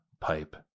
pipe